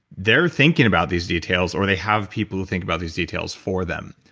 they're thinking about these details or they have people who think about these details for them.